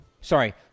sorry